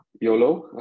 YOLO